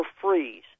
freeze